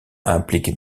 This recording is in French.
implique